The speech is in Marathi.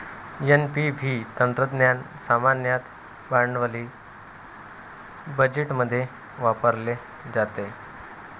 एन.पी.व्ही तंत्रज्ञान सामान्यतः भांडवली बजेटमध्ये वापरले जाते